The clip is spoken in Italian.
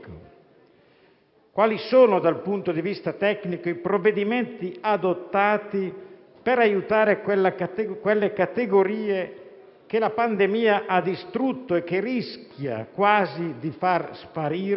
Quali sono, dal punto di vista tecnico, i provvedimenti adottati per aiutare quelle categorie che la pandemia ha distrutto e che rischia quasi di far sparire?